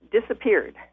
disappeared